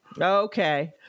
Okay